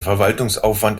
verwaltungsaufwand